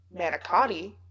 Manicotti